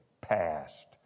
passed